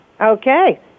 Okay